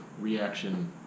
reaction